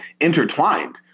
intertwined